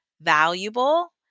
valuable